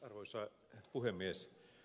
arvoisa puhemies